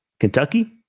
Kentucky